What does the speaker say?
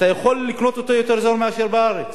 אתה יכול לקנות אותו יותר בזול מאשר בארץ,